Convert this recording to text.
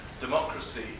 democracy